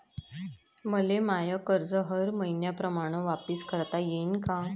मले माय कर्ज हर मईन्याप्रमाणं वापिस करता येईन का?